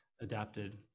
adapted